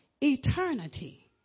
eternity